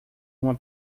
uma